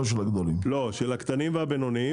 של הקטנים והבינוניים.